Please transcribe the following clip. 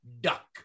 Duck